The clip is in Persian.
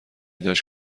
داشت